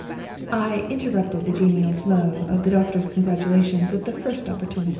i interrupted the genial flow of the doctor's congratulations at the first opportunity.